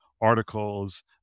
articles